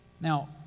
Now